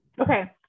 Okay